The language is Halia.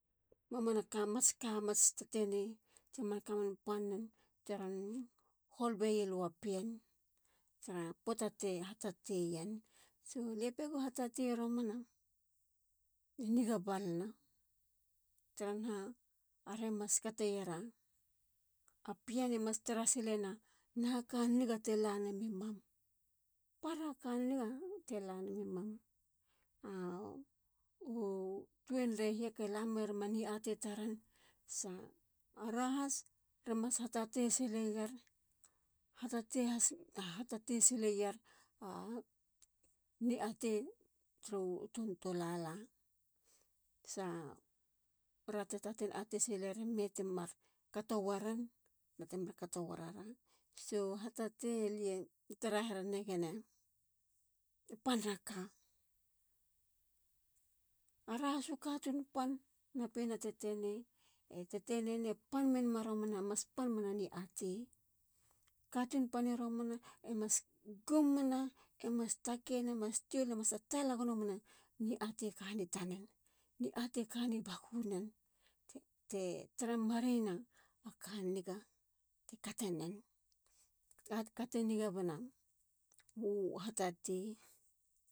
Mamanaka. mats ka mats tetene. tsia manka man pannen. teron hol beyilua pien tara poata te hatateyen. lie pegu hatate romana e niga balana. tra naha. are mas kateyer a pien e mas tarasileyena. naha kaniga te lanami mam. para kaniga te lanami mam. a. u tuenrei u hiake lameruma a niatetaren. sa. ara has re mas hatate sileyer a ni ate turu ton tolala. sa ra te taten ate siler ime temar kato wenen. metemar kato warara. so. u hatate. lie tara herenegien a pana ka. ara hasu katun pan. na pien a tetene. e tetenene pan menami katun pan ri romana e mas gumina. e mas takena. mas tiolina. e mas tatala gonomena ni ate kane tanen. ni ate kane bakunen. e taramarena, aka niga. te katenen. aka te niga bena u hatate.